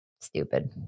stupid